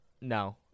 No